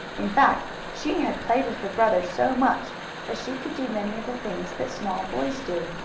in fact, she had played with her brother so much that she could do many of the things that small boys do.